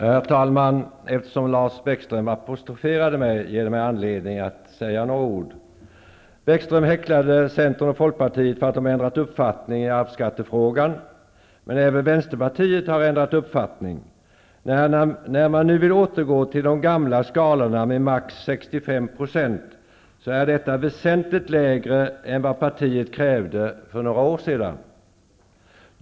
Herr talman! Eftersom Lars Bäckström apostroferade mig gav han mig anledning att säga några ord. Lars Bäckström häcklade Centern och Folkpartiet därför att de har ändrat uppfattning i arvsskattefrågan. Men även Vänsterpartiet har ändrat uppfattning. När Vänsterpartiet nu vill återgå till de gamla skalorna med ett högsta uttag på 65 % är detta väsentligt lägre än vad partiet krävde för några år sedan.